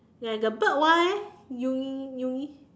like the big one leh uni uni